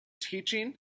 teaching